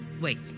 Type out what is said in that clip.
Wait